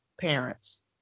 parents